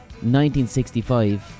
1965